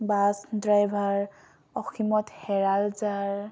bus driver অসীমত হেৰাল যাৰ